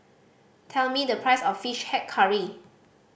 tell me the price of Fish Head Curry